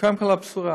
קודם כול, לבשורה: